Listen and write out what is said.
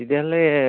তেতিয়াহ'লে